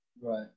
right